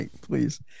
please